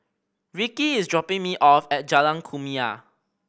Rikki is dropping me off at Jalan Kumia